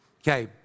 Okay